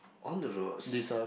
on the roads